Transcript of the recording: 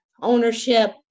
ownership